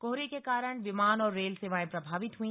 कोहरे के कारण विमान और रेल सेवाएं प्रभावित हुई